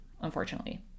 unfortunately